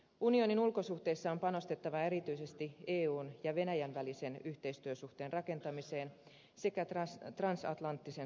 unionin ulkosuhteissa on panostettava erityisesti eun ja venäjän välisen yhteistyösuhteen rakentamiseen sekä transatlanttisten suhteiden kehittämiseen